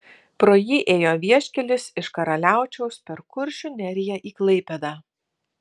pro jį ėjo vieškelis iš karaliaučiaus per kuršių neriją į klaipėdą